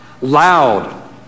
loud